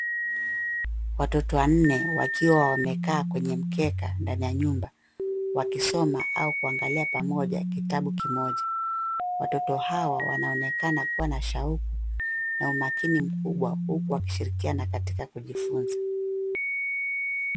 Watoto wanne wakiwa wamekaa kwenye mkeka ndani ya nyumba wakisoma au kuangalia pamoja kitabu kimoja. Watoto hao wanaonekana kuwa na shauku na umakini mkubwa huku wakishirikiana katika kujifunza.